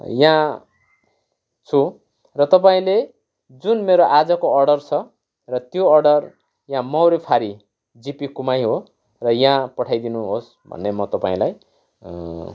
यहाँ छु र तपाईँले जुन मेरो आजको अर्डर छ र त्यो अर्डर यहाँ मौरे फारी जिपी कुमाई हो र यहाँ पठाइदिनुहोस् भन्ने म तपाईँलाई